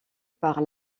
par